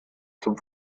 zum